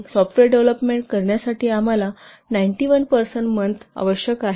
software developer करण्यासाठी आम्हाला 91 person month आवश्यक आहेत